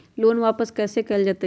Loan के वापस कैसे कैल जतय?